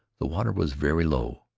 the water was very low,